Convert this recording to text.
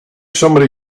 somebody